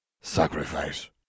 Sacrifice